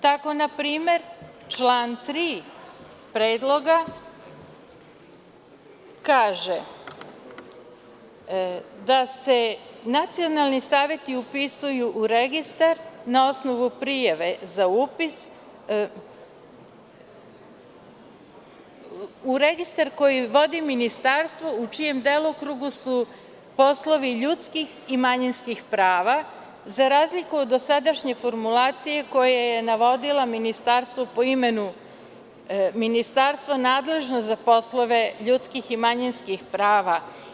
Tako na primer član 3. Predloga kaže da se nacionalni saveti upisuju u registar na osnovu prijave za upis, u registar koji vodi ministarstvo u čijem delokrugu su poslovi ljudskih i manjinskih prava, za razliku od dosadašnje formulacije koja je navodila ministarstvo po imenu ministarstva nadležnog za poslove ljudskih i manjinskih prava.